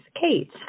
Kate